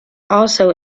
also